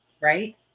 right